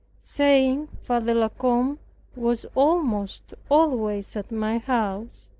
saying father la combe was almost always at my house,